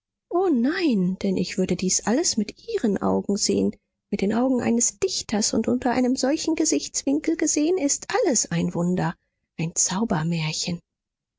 o nein denn ich würde dies alles mit ihren augen sehen mit den augen eines dichters und unter einem solchen gesichtswinkel gesehen ist alles ein wunder ein